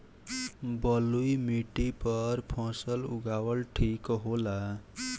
बलुई माटी पर फसल उगावल ठीक होला?